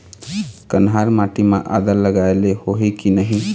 कन्हार माटी म आदा लगाए ले होही की नहीं?